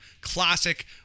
Classic